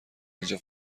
اینجا